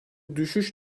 düşüş